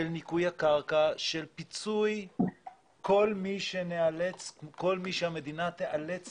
של ניקוי הקרקע, של פיצוי כל מי שהמדינה תאלץ